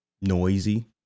noisy